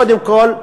קודם כול,